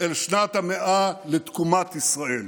אל שנת המאה לתקומת ישראל.